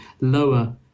lower